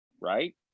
right